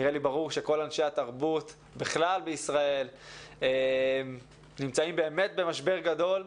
נראה לי ברור שכל אנשי התרבות בכלל בישראל נמצאים באמת במשבר גדול.